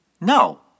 No